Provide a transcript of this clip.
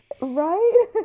right